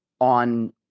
on